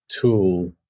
tool